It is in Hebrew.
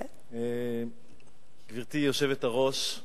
גברתי היושבת-ראש,